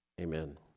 amen